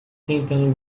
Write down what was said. tentando